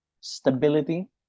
stability